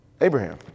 Abraham